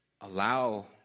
allow